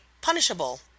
punishable